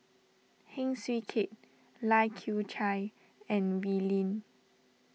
Heng Swee Keat Lai Kew Chai and Wee Lin